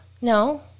No